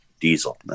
diesel